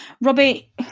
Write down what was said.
Robbie